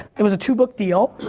it was a two book deal,